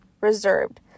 reserved